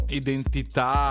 identità